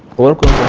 local